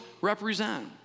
represent